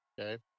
okay